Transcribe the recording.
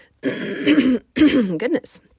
goodness